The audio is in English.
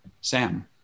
Sam